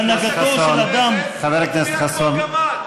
טוב שהוא לא מפיל אותה בעצמו.